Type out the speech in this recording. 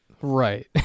Right